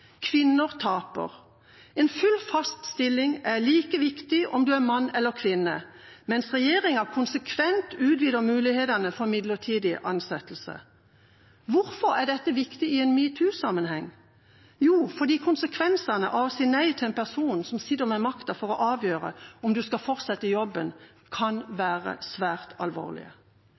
Kvinner taper. En full, fast stilling er like viktig om du er mann eller kvinne, mens regjeringa konsekvent utvider mulighetene for midlertidig ansettelse. Hvorfor er dette viktig i en metoo-sammenheng? Jo, fordi konsekvensene av å si nei til en person som sitter med makta for å avgjøre om du skal få fortsette i jobben, kan være svært alvorlige.